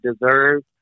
Deserve